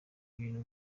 ibintu